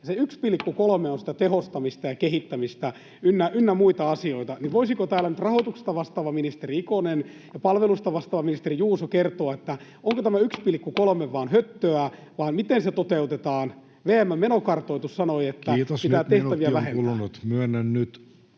se 1,3 on sitä tehostamista ja kehittämistä ynnä muita asioita. Voisivatko täällä nyt rahoituksesta vastaava ministeri Ikonen ja palvelusta vastaava ministeri Juuso kertoa, onko tämä 1,3 vain höttöä vai miten se toteutetaan? VM:n menokartoitus sanoi, [Puhemies: Kiitos, nyt minuutti on kulunut!] että